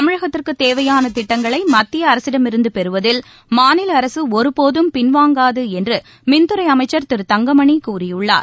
தமிழகத்திற்கு தேவையான திட்டங்களை மத்திய அரசிடமிருந்து பெறுவதில் மாநில அரசு ஒதுபோதும் பின்வாங்காது என்று மின்துறை அமைச்சர் திரு தங்கமணி கூறியுள்ளார்